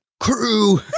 Crew